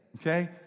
Okay